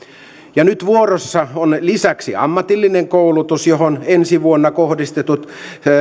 nyt vuorossa on lisäksi ammatillinen koulutus johon ensi vuonna kohdistetut